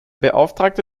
beauftragte